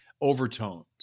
overtones